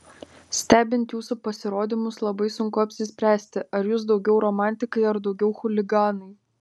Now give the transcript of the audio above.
stebint jūsų pasirodymus labai sunku apsispręsti ar jūs daugiau romantikai ar daugiau chuliganai